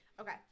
Okay